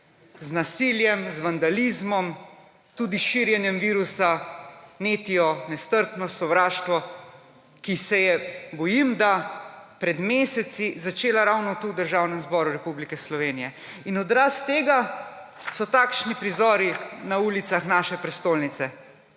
z nasiljem, z vandalizmom, tudi s širjenjem virusa netijo nestrpnost, sovraštvo, ki se je, bojim da, pred meseci začela ravno tu – v Državnem zboru Republike Slovenije? In odraz tega so takšni prizori na ulicah naše prestolnice,